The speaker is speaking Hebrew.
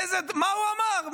מה הוא אמר?